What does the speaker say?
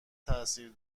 تاثیر